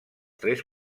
tres